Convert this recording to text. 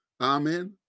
Amen